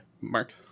Mark